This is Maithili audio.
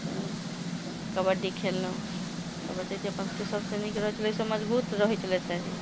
हम्म कबड्डी खेललहुँ कबड्डी तऽ अपना सबके सबसँ नीक रहै छलै मजबूत रहै छलै शरीर